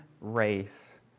race